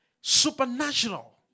Supernatural